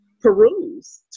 peruse